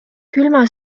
külma